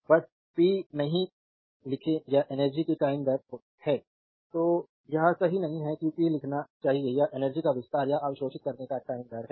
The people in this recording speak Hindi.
बस पी नहीं लिखें या एनर्जी की टाइम दर है तो यह सही नहीं है कि पी लिखना चाहिए या एनर्जी का विस्तार या अवशोषित करने का टाइम दर है